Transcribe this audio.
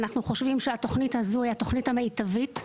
אנחנו חושבים שהתוכנית הזו היא התוכנית המיטבית,